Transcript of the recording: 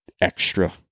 extra